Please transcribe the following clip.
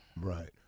Right